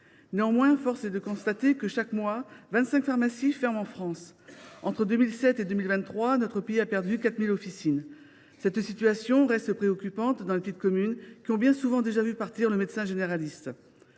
Néanmoins, force est de constater que, chaque mois, vingt cinq pharmacies ferment en France. Entre 2007 et 2023, notre pays a perdu 4 000 officines. Cette situation reste préoccupante dans les petites communes, dont les habitants ont bien souvent déjà vu leur médecin généraliste